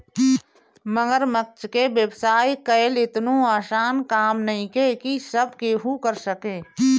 मगरमच्छ के व्यवसाय कईल एतनो आसान काम नइखे की सब केहू कर सके